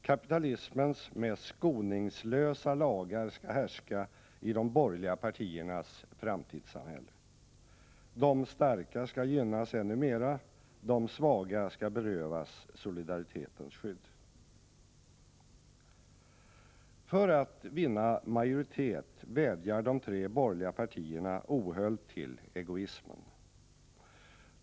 Kapitalismens mest skoningslösa lagar skall härska i de borgerliga partiernas framtidssamhälle. De starka skall gynnas ännu mera, de svaga skall berövas solidaritetens skydd. För att vinna majoritet vädjar de tre borgerliga partierna ohöljt till egoismen.